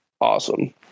awesome